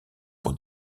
pour